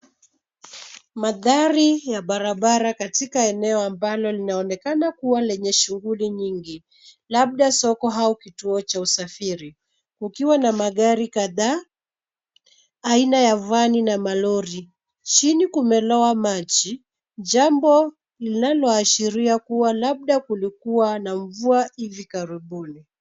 Mandhari ya barabara katika eneo amabalo linaonekana kuwa lenye shuguli nyingi, labda soko au kituo cha usafiri. Kukiwa na magari kadhaa aina ya vani na malori. Chini kumelowa maji, jambo linaloashiria kuwa labda kulikuwa na mvua hivi karibuni.